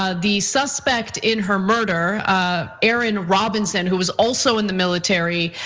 ah the suspect in her murder, ah aaron robinson, who was also in the military,